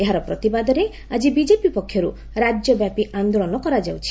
ଏହାର ପ୍ରତିବାଦରେ ଆକି ବିଜେପି ପକ୍ଷର୍ ରାଜ୍ୟବ୍ୟାପୀ ଆନ୍ଦୋଳନ କରାଯାଉଛି